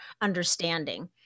understanding